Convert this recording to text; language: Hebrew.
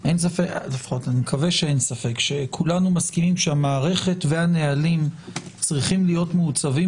אני מקווה שכולנו מסכימים שהמערכת והנהלים צריכים להיות מעוצבים